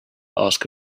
ask